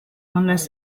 unless